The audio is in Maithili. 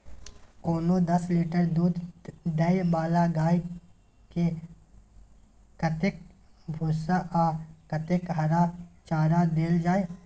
कोनो दस लीटर दूध दै वाला गाय के कतेक भूसा आ कतेक हरा चारा देल जाय?